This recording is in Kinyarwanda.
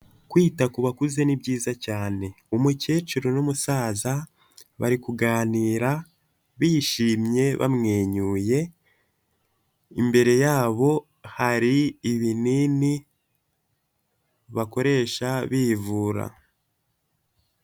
Kwita ku bakuze ni byiza cyane. Umukecuru n'umusaza, bari kuganira bishimye bamwenyuye, imbere yabo hari ibinini, bakoresha bivura.